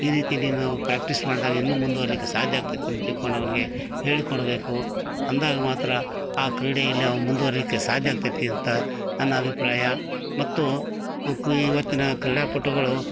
ಈ ರೀತಿ ನೀನು ಪ್ರಾಕ್ಟೀಸ್ ಮಾಡಿದಾಗ ಇನ್ನೂ ಮುಂದುವರೀಲಿಕ್ಕೆ ಸಾಧ್ಯ ಆಗ್ತದೆ ಅಂತ ತಿಳ್ಕೊಂಡು ಅವನಿಗೆ ಹೇಳಿ ಕೊಡಬೇಕು ಅಂದಾಗ ಮಾತ್ರ ಆ ಕ್ರೀಡೆಯಲ್ಲಿ ಅವ ಮುಂದುವರೀಲಿಕ್ಕೆ ಸಾಧ್ಯ ಆಗ್ತದೆ ಅಂತ ನನ್ನ ಅಭಿಪ್ರಾಯ ಮತ್ತು ಕ್ರೀ ಇವತ್ತಿನ ಕ್ರೀಡಾಪಟುಗಳು